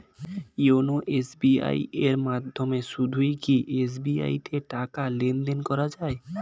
YONO SBI এর মাধ্যমে শুধুই কি এস.বি.আই তে টাকা লেনদেন করা যায়?